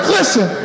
Listen